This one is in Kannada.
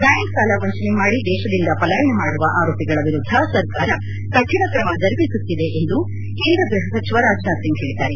ಬ್ಲಾಂಕ್ ಸಾಲ ವಂಚನೆ ಮಾಡಿ ದೇಶದಿಂದ ಪಲಾಯನ ಮಾಡುವ ಆರೋಪಿಗಳ ವಿರುದ್ದ ಸರ್ಕಾರ ಕಠಿಣ ಕ್ರಮ ಜರುಗಿಸುತ್ತಿದೆ ಎಂದು ಕೇಂದ್ರ ಗ್ಬಹ ಸಚಿವ ರಾಜನಾಥ್ ಸಿಂಗ್ ಹೇಳಿದ್ದಾರೆ